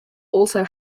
also